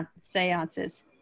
seances